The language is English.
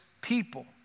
people